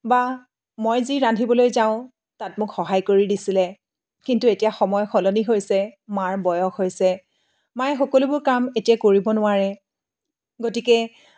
বা মই যি ৰান্ধিবলৈ যাওঁ তাত মোক সহায় কৰি দিছিলে কিন্তু এতিয়া সময় সলনি হৈছে মাৰ বয়স হৈছে মায়ে সকলোবোৰ কাম এতিয়া কৰিব নোৱাৰে গতিকে